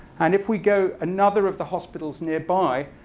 and if we go another of the hospitals nearby,